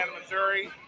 Missouri